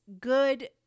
good